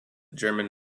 german